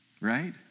right